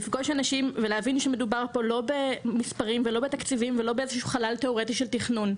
להבין שמדובר פה לא בתקציבים ולא באיזה חלל תיאורטי של תכנון,